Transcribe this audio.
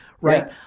right